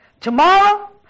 Tomorrow